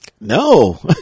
No